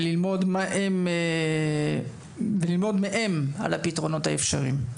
וללמוד מהם על הפתרונות האפשריים.